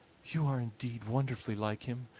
you are indeed wonderfully like him,